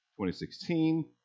2016